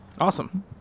Awesome